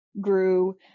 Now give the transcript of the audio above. grew